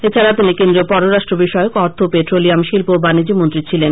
এছাড়া তিনি কেন্দ্রীয় পররাষ্ট্র বিষয়ক অর্থ পেট্রোলিয়াম শিল্প ও বানিজ্য মন্ত্রী ছিলেন